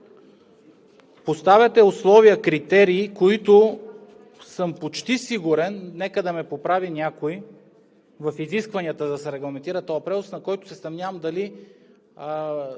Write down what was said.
поставяте условия, критерии – които съм почти сигурен, нека ме поправи някой – в изискванията, за да се регламентира този превоз, на който се съмнявам дали